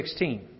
16